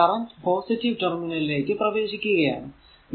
ഇവിടെ current positive ടെര്മിനലിലേക്കു പ്രവേശിക്കുക ആണ്